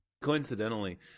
Coincidentally